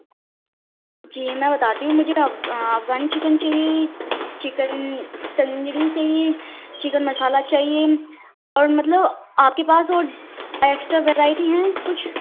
جی میں بتاتی ہوں مجھے افغانی چکن چاہیے چکن تندوری چاہیے چکن مصالحہ چاہیے اور مطلب آپ کے پاس اور ایکسٹرا ورائٹی ہیں کچھ